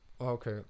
Okay